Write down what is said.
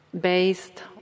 based